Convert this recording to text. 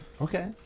Okay